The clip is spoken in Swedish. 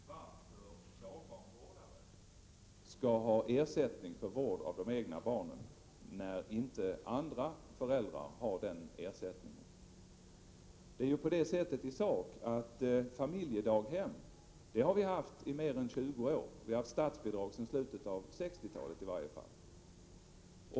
Herr talman! Den grundläggande frågan är varför dagbarnvårdare skall ha ersättning för vård av de egna barnen när inte andra föräldrar har den ersättningen. I sak har vi haft familjedaghem i mer än 20 år. Vi har i varje fall haft statsbidrag sedan slutet av 60-talet.